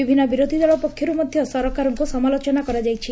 ବିଭିନ୍ତ ବିରୋଧୀ ଦଳ ପକ୍ଷରୁ ମଧ ସରକାରଙ୍କୁ ସମାଲୋଚନା କରାଯାଇଛି